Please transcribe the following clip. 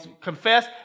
confess